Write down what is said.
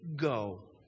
go